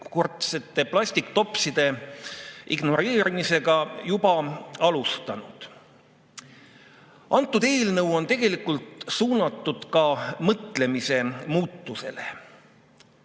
ühekordsete plastiktopside ignoreerimisega juba alustanud. See eelnõu on tegelikult suunatud ka mõtlemise muutusele.